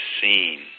seen